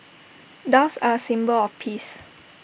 doves are A symbol of peace